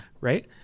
right